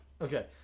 Okay